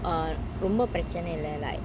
a ரொம்ப பிரேசனா இல்ல:romba preachana illa like